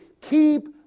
keep